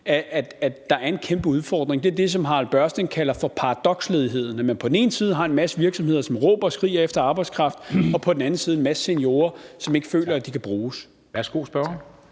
sige er en kæmpe udfordring, er det, som Harald Børsting kalder for paradoksledigheden – at man på den ene side har en masse virksomheder, som råber og skriger efter arbejdskraft, og på den anden side en masse seniorer, som ikke føler, at de kan bruges. Kl.